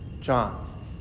John